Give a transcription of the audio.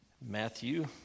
Matthew